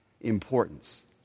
importance